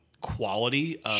quality